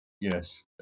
yes